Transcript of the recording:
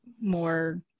more